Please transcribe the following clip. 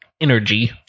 energy